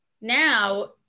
now